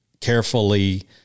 carefully